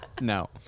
no